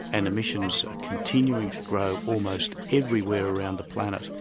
and emissions are continuing to grow almost everywhere around the planet,